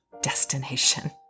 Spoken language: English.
destination